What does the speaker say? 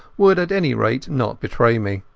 would at any rate not betray me.